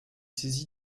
saisie